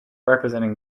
representing